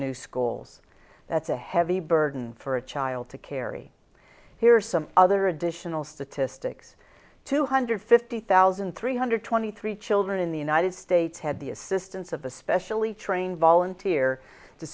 new schools that's a heavy burden for a child to carry here are some other additional statistics two hundred fifty thousand three hundred twenty three children in the united states had the assistance of a specially trained volunteer to